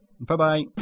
Bye-bye